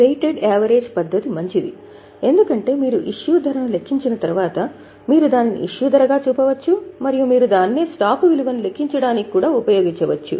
weighted average పద్ధతి మంచిది ఎందుకంటే మీరు ఇష్యూ ధరను లెక్కించిన తర్వాత మీరు దానిని ఇష్యూ ధరగా చూపవచ్చు మరియు మీరు దాన్నే స్టాకు విలువను లెక్కించడానికి కూడా ఉపయోగించవచ్చు